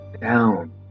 down